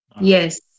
yes